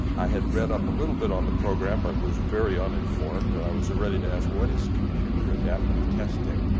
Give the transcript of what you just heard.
i had read up a little bit on the program but was very informed. and i was ready to ask what is computer adapted testing?